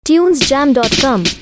tunesjam.com